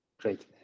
Great